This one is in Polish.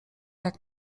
jak